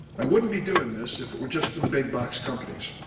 i wouldn't be doing this if it were just for the big box companies.